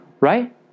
Right